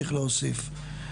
צריך להוסיף.